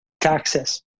taxes